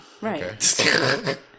right